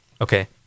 Okay